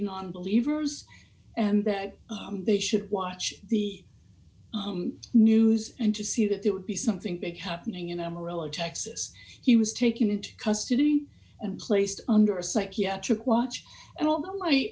nonbelievers and that they should watch the news and to see that there would be something big happening in amarillo texas he was taken into custody and placed under a psychiatric watch and although my